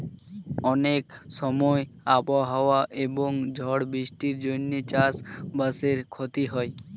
অনেক সময় আবহাওয়া এবং ঝড় বৃষ্টির জন্যে চাষ বাসের ক্ষতি হয়